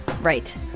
Right